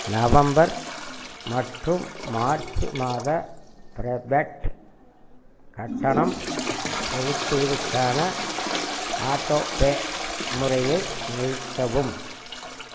November மற்றும் March மாத prepaid கட்டணம் செலுத்துவதற்கான ஆட்டோபே முறையை நிறுத்தவும்